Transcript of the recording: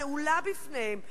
נעולה בפניהם?